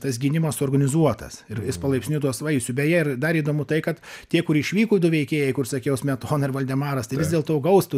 tas gynimas suorganizuotas ir jis palaipsniui duos vaisių beje ir dar įdomu tai kad tie kur išvyko du veikėjai kur sakiau smetona ir voldemaras tai vis dėlto gaus tų